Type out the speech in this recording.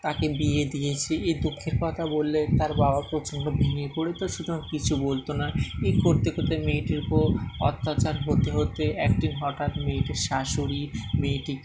তাকে বিয়ে দিয়েছে এই দুঃখের কথা বললে তার বাবা প্রচণ্ড ভেঙে পড়ে তো সুতরাং কিছু বলত না এই করতে করতে মেয়েটির উপর অত্যাচার হতে হতে একদিন হঠাৎ মেয়েটির শাশুড়ি মেয়েটিকে